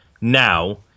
now